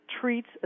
treats